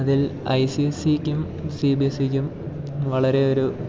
അതിൽ I C S സിക്കും C B S സിക്കും വളരെ ഒരു